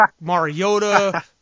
Mariota